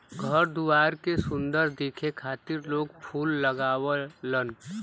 घर दुआर के सुंदर दिखे खातिर लोग फूल लगावलन